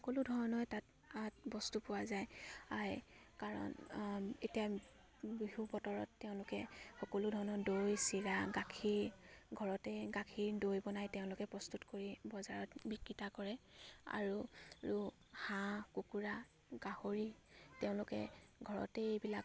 সকলো ধৰণৰে তাত আগ বস্তু পোৱা যায় আই কাৰণ এতিয়া বিহু বতৰত তেওঁলোকে সকলো ধৰণৰ দৈ চিৰা গাখীৰ ঘৰতে গাখীৰ দৈ বনাই তেওঁলোকে প্ৰস্তুত কৰি বজাৰত বিক্ৰীতা কৰে আৰু ৰু হাঁহ কুকুৰা গাহৰি তেওঁলোকে ঘৰতে এইবিলাক